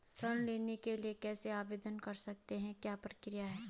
ऋण के लिए हम कैसे आवेदन कर सकते हैं क्या प्रक्रिया है?